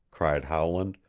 cried howland,